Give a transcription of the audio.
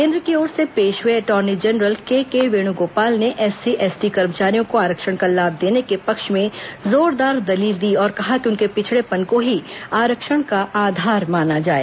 केन्द्र की ओर से पेश हुए अटॉर्नी जनरल केकेवेणुगोपाल ने एससीएसटी कर्मचारियों को आरक्षण का लाभ देने के पक्ष में जोरदार दर्लील दी और कहा कि उनके पिछड़ेपन को ही आरक्षण का आधार माना जाए